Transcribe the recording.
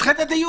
תדחה את הדיון.